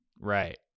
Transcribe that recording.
Right